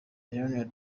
melania